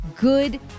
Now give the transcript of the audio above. good